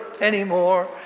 anymore